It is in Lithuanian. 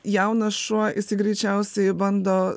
jaunas šuo jisai greičiausiai bando